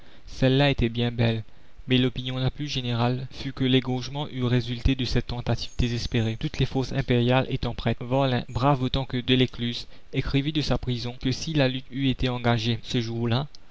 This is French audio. celle-là était bien belle mais l'opinion la plus générale fut que l'égorgement eût résulté de cette tentative désespérée toutes les forces impériales étant prêtes varlin brave autant que delescluze écrivit de sa prison que si la lutte eût été engagée ce jour-là